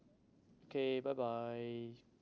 okay bye bye